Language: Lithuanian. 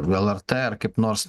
lrt ar kaip nors